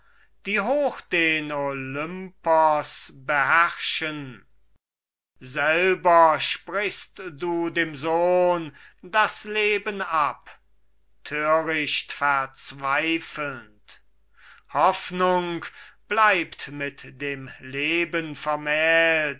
die hoch den olympos beherrschen selber sprichst du dem sohn das leben ab töricht verzweifelnd hoffnung bleibt mit dem leben vermählt